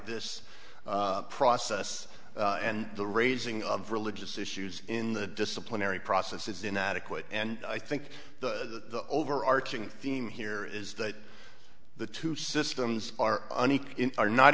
this process and the raising of religious issues in the disciplinary process is inadequate and i think the overarching theme here is that the two systems are are not